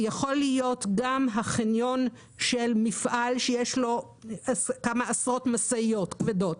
זה יכול להיות גם החניון של מפעל שיש לו כמה עשרות משאיות כבדות.